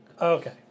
Okay